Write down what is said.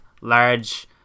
large